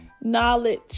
knowledge